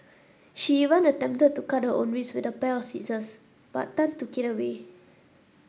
she even attempted to cut her own wrists with a pair of scissors but Tan took it away